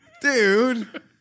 dude